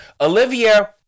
Olivia